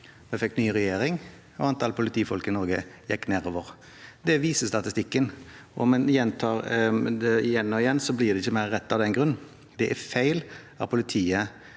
Vi fikk ny regjering, og antall politifolk i Norge gikk nedover. Det viser statistikken, og om man gjentar noe annet igjen og igjen, blir det ikke mer rett av den grunn. Det er feil at politiet